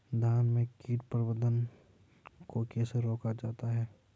धान में कीट प्रबंधन को कैसे रोका जाता है?